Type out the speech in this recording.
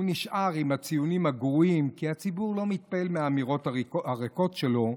הוא נשאר עם הציונים הגרועים כי הציבור לא מתפעל מהאמירות הריקות שלו,